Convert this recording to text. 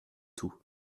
tout